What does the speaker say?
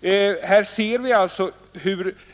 Rn Här ser vi alltså